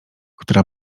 która